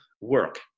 work